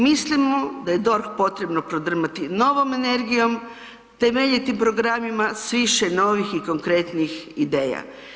Mislim da je DORH potrebno prodrmati novom energijom, temeljitim programima s više novih i konkretnih ideja.